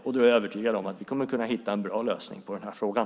Då är jag övertygad om att vi kommer att kunna hitta en bra lösning på frågan.